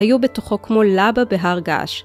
היו בתוכו כמו לבה בהר געש.